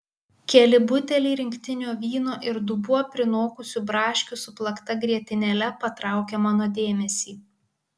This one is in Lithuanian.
keli buteliai rinktinio vyno ir dubuo prinokusių braškių su plakta grietinėle patraukia mano dėmesį